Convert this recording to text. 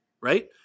right